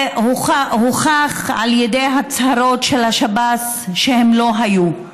והוכח על ידי הצהרות של השב"ס שהם לא היו.